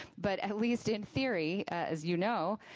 but at least in theory, as you know,